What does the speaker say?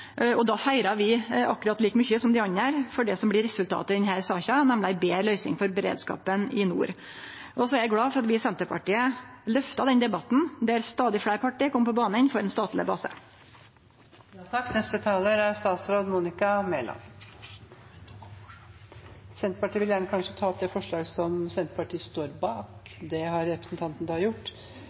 og då feirar vi akkurat like mykje som dei andre for det som blir resultatet i denne saka, nemleg ei betre løysing for beredskapen i nord. Eg er glad for at vi i Senterpartiet løfta denne debatten, der stadig fleire parti kom på banen for ein statleg base. Eg tek opp forslaget til Senterpartiet. Representanten Jenny Klinge har tatt opp det forslaget hun refererte til. Innbyggerne i nord har